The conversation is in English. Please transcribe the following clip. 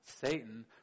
Satan